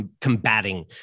combating